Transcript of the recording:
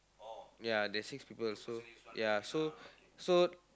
ya there's six people so ya so so